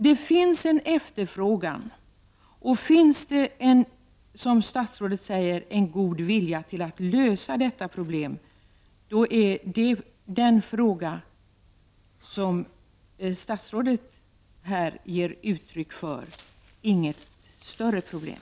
Det finns en efterfrågan och om det -- som statsrådet säger -- finns en god vilja till att lösa denna fråga utgör den svårighet som statsrådet talade om inget större problem.